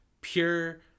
pure